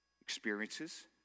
experiences